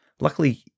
Luckily